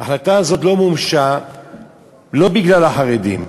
ההחלטה הזאת לא מומשה לא בגלל החרדים,